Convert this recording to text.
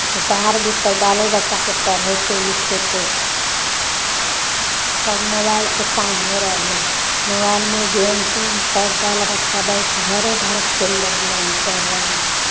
जे बाहर भीतर बालो बच्चाके पढ़ेतै लिखेतै से सब मोबाइलसँ काम हो रहलै मोबाइलमे गेम तेम सब बाल बच्चा बैठि घरे घर खेल रहलै हन पढ़ि रहलै